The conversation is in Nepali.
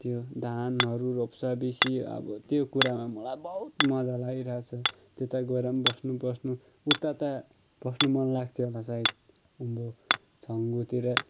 त्यो धानहरू रोप्छ बेसी त्यो अब त्यो कुरामा मलाई बहुत मजा लागिरहेछ त्यता गएर पनि बस्नु बस्नु उत्ता त बस्नु मन लाग्थ्यो होला सायेद उँभो छङ्गुतिर